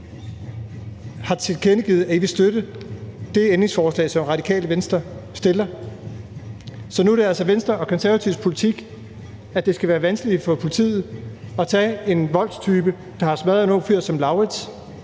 har tilkendegivet, at de vil støtte det ændringsforslag, som Radikale Venstre stiller. Så nu er det altså Venstre og Konservatives politik, at det skal være vanskeligere for politiet at sørge for, at en voldstype, der har smadret en ung fyr som Lauritz